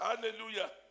Hallelujah